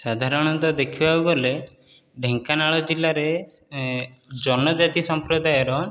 ସାଧାରଣତଃ ଦେଖିବାକୁ ଗଲେ ଢେଙ୍କାନାଳ ଜିଲ୍ଲାରେ ଜନଜାତି ସମ୍ପ୍ରଦାୟର